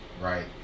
right